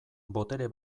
botere